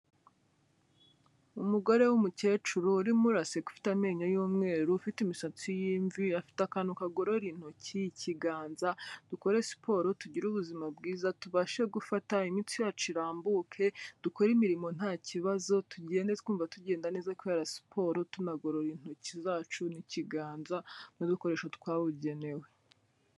Umugore w'umukecuru urimo uraseka ufite amenyo y'umweru, ufite imisatsi y'imvi, afite akantu kagorora intoki, ikiganza, dukore siporo, tugire ubuzima bwiza, tubashe gufata, imitsi yacu irambuke, dukore imirimo nta kibazo, tugende twumva tugenda neza kubera siporo tunagorora intoki zacu n'ikiganza n'udukoresho twabugenewe.